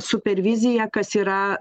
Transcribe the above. super vizija kas yra